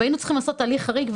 והיינו צריכים לעשות הליך חריג,